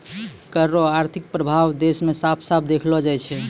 कर रो आर्थिक प्रभाब देस मे साफ साफ देखलो जाय छै